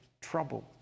troubled